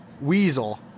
weasel